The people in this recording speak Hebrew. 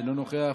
אינו נוכח,